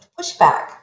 pushback